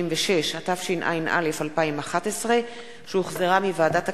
186), התשע"א 2011, שהחזירה ועדת הכספים.